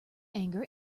anger